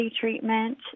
treatment